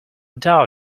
doubt